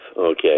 Okay